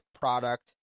product